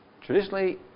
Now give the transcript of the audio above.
Traditionally